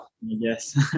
yes